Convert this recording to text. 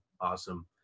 awesome